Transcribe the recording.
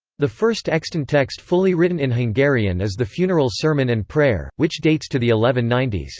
the first extant text fully written in hungarian is the funeral sermon and prayer, which dates to the eleven ninety s.